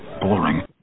boring